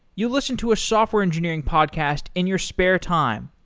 you listen to a software engineering podcast in your spare time,